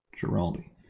Giraldi